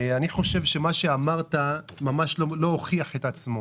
אני חושב שמה שאמרת ממש לא הוכיח את עצמו.